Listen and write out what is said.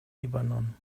libanon